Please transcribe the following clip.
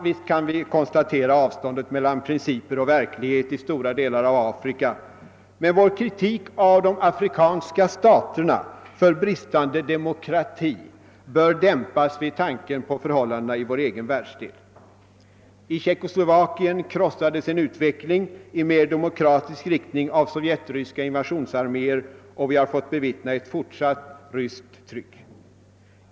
Visst kan vi konstatera avståndet mellan principer och verklighet i stora delar av Afrika, men vår kritik av de afrikanska staterna för bristande demokrati bör dämpas vid tanken på förhållandena i vår egen världsdel. I Tjeckoslovakien krossades en utveckling i mer demokratisk riktning av sovjetryska invasionsarméer, och vi har fått bevittna ett fortsatt ryskt tryck.